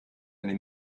eine